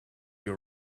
you